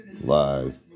live